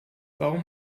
warum